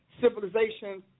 civilizations